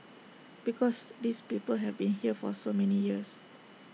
because these people have been here for so many years